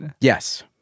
Yes